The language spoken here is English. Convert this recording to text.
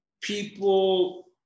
people